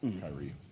Kyrie